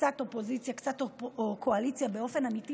קצת אופוזיציה או קואליציה באופן אמיתי,